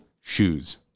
shoes